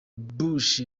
bush